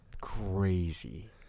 crazy